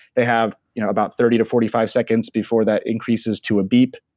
they have you know about thirty to forty five seconds before that increases to a beep.